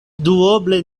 duoble